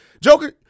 Joker